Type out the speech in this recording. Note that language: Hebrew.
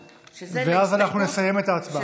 ואז אנחנו נסיים את ההצבעה.